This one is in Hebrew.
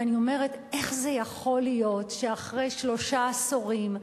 ואני אומרת: איך זה יכול להיות שאחרי שלושה עשורים,